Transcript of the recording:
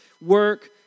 work